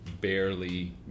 barely